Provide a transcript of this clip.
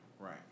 Right